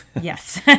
yes